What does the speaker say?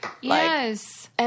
Yes